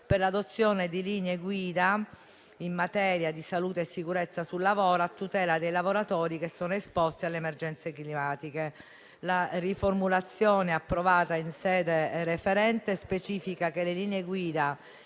per l'adozione di linee guida in materia di salute e sicurezza sul lavoro, a tutela dei lavoratori che sono esposti alle emergenze climatiche. La riformulazione approvata in sede referente specifica che le linee guida